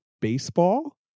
baseball